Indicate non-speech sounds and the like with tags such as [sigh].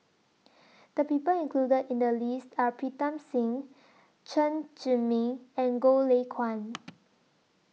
The People included in The list Are Pritam Singh Chen Zhiming and Goh Lay Kuan [noise]